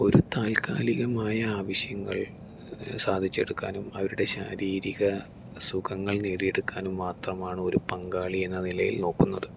ഒരു താത്കാലികമായ ആവശ്യങ്ങൾ സാധിച്ചെടുക്കാനും അവരുടെ ശാരീരിക സുഖങ്ങൾ നേടിയെടുക്കാനും മാത്രമാണ് ഒരു പങ്കാളിയെന്ന നിലയിൽ നോക്കുന്നത്